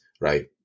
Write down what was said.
right